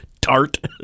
Tart